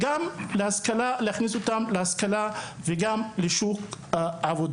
גם אחר כך להקנות להם השכלה על מנת שיוכלו להיכנס לשוק העבודה.